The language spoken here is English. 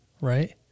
right